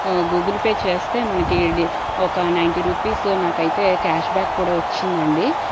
Google Pay చేస్తే మనకి ఒక నైంటీ రూపీస్ నాకైతే క్యాష్ బ్యాక్ కూడా వచ్చిందండీ